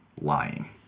lying